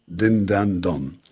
din, dan, don.